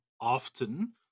often